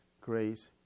grace